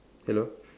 hello